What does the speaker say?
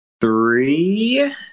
three